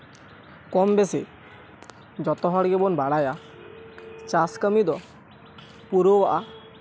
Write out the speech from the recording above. ᱠᱚᱢ ᱵᱮᱥᱤ ᱡᱚᱛᱚ ᱦᱚᱲ ᱜᱮᱵᱚᱱ ᱵᱟᱲᱟᱭᱟ ᱪᱟᱥ ᱠᱟᱹᱢᱤ ᱫᱚ ᱯᱩᱨᱟᱹᱣᱚᱜᱼᱟ